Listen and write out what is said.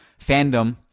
fandom